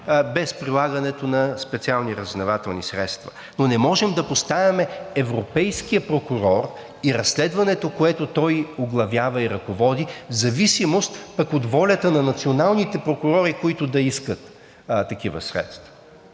без прилагането на специални разузнавателни средства. Но не можем да поставяме европейския прокурор и разследването, което той оглавява и ръководи, в зависимост пък от волята на националните прокурори, които да искат такива средства.